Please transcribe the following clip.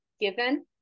given